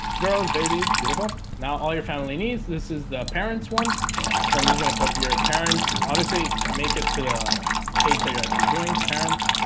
girls babies beautiful now all your family needs this is the parents one so i'm just gonna put here parents obviously make it to the page how you're actually doing parent